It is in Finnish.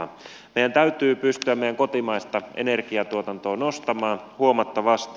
meidän täytyy pystyä meidän kotimaista energiantuotantoa nostamaan huomattavasti